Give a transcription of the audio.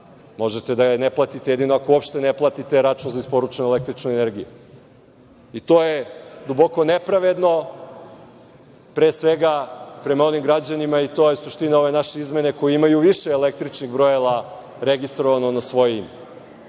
da je ne platite jedino ako uopšte ne platite račun za isporučenu električnu energiju i to je duboko nepravedno pre svega prema onim građanima, i to je suština ove naše izmene, koji imaju više električnih brojila registrovanih na svoje